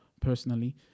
personally